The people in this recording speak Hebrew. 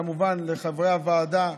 כמובן לחברי הוועדה,